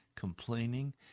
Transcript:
complaining